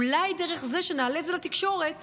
ואולי דרך זה שנעלה את זה לתקשורת